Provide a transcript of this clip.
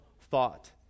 thought